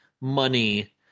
money